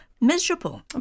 Miserable